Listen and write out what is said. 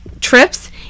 trips